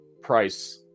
Price